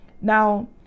Now